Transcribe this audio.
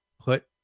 put